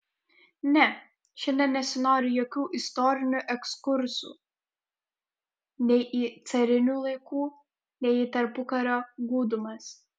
ne šiandien nesinori jokių istorinių ekskursų nei į carinių laikų nei į tarpukario gūdumas